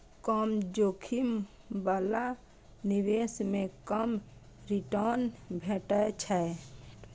कम जोखिम बला निवेश मे कम रिटर्न भेटै छै